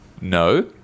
no